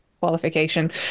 qualification